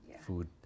food